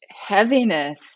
heaviness